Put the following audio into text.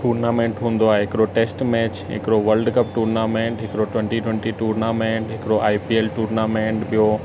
tournament हूंदो आहे हिकिड़ो टेस्ट मैच हिकिड़ो वर्ल्ड कप टूर्नामेंट हिकिड़ो ट्वंटी ट्वंटी टूर्नामेंट हिकिड़ो आई पी एल टूर्नामेंट ॿियों